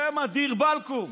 שמא, דיר באלכום.